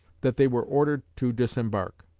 that they were ordered to disembark.